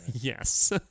Yes